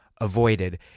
avoided